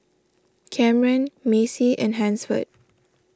Camren Macy and Hansford